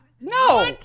no